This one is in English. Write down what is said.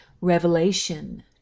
Revelation